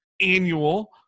annual